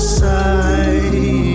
side